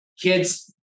kids